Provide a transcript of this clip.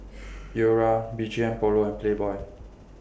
Lora B G M Polo and Playboy